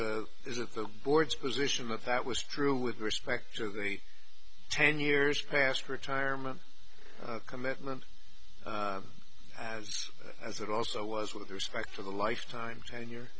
is it the board's position that that was true with respect to the ten years past retirement commitment as as it also was with respect to the lifetime tenure